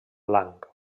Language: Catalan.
blanc